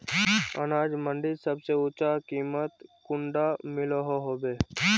अनाज मंडीत सबसे ऊँचा कीमत कुंडा मिलोहो होबे?